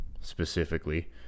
Specifically